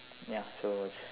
ya so it's